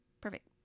Perfect